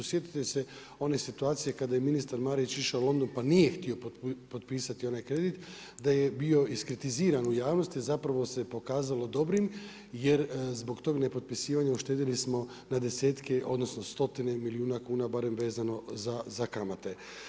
Sjetite se one situacije kada je ministar Marić išao u London pa nije htio potpisati onaj kredit, da je bio iskritiziran u javnosti, zapravo se pokazalo dobrim jer zbog tog nepotpisivanja uštedjeli smo na desetke odnosno stotine milijuna kuna barem vezano za kamate.